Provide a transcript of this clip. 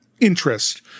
interest